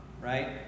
right